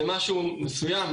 זה משהו מסוים,